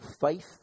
Faith